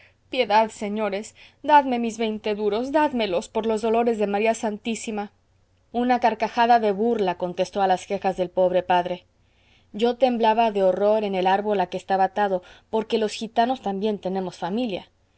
piedad señores dadme mis veinte duros dádmelos por los dolores de maría santísima una carcajada de burla contestó a las quejas del pobre padre yo temblaba de horror en el árbol a que estaba atado porque los gitanos también tenemos familia